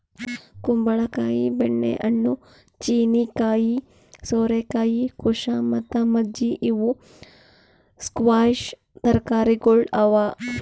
ಕುಂಬಳ ಕಾಯಿ, ಬೆಣ್ಣೆ ಹಣ್ಣು, ಚೀನೀಕಾಯಿ, ಸೋರೆಕಾಯಿ, ಕುಶಾ ಮತ್ತ ಮಜ್ಜಿ ಇವು ಸ್ಕ್ವ್ಯಾಷ್ ತರಕಾರಿಗೊಳ್ ಅವಾ